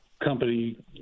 company